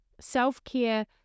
Self-care